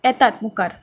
येतात मुखार